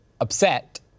upset